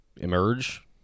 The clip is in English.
emerge